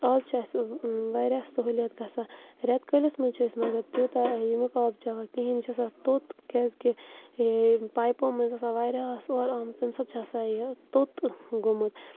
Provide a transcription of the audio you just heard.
آز چھِ اَسہِ واریاہ سہوٗلیت گژھان رٮ۪تہٕ کٲلِس منٛز چھِ أسۍ مگر تیوٗتاہ ییٚمیُک آب چیٚوان کِہیٖنۍ یہِ چھُ آسان توٚت کیاز کہِ یہِ پایپو منٛز آسان واریاہ آسہٕ اورٕ آمُت تمہِ ساتہٕ چھُ آسان یہِ توٚت گوٚمُت